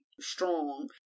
strong